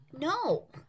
No